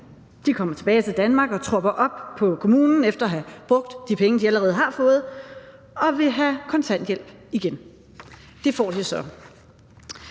De kommer tilbage til Danmark og tropper op på kommunen efter at have brugt de penge, de allerede har fået, og vil have kontanthjælp igen. Det får de så.